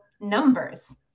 numbers